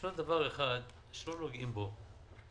יש דבר אחד שלא נוגעים בו.